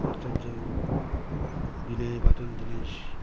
Masterda Binoy Badal Dinesh